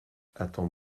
attends